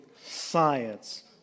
science